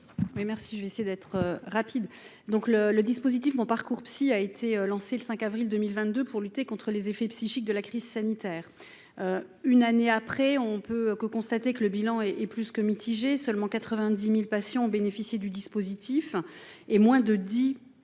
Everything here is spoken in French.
présenter l'amendement n° 2 rectifié. Le dispositif MonParcoursPsy a été lancé le 5 avril 2022 pour lutter contre les effets psychiques de la crise sanitaire. Un an plus tard, nous ne pouvons que constater que le bilan est plus que mitigé : seulement 90 000 patients ont bénéficié du dispositif et moins de 10 % des